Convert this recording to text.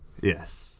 Yes